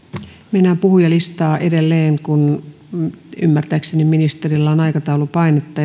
mennään puhujalistaa edelleen kun ymmärtääkseni ministerillä on aikataulupainetta